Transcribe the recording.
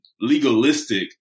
legalistic